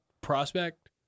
prospect